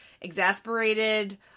exasperated